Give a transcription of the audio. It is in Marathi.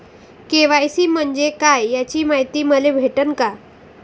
के.वाय.सी म्हंजे काय याची मायती मले भेटन का?